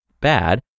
bad